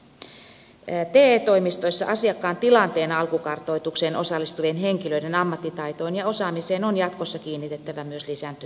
te toimistoissa asiakkaan tilanteen alkukartoitukseen osallistuvien henkilöiden ammattitaitoon ja osaamiseen on jatkossa kiinnitettävä myös lisääntyvää huomiota